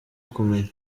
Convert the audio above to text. kumenya